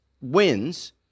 wins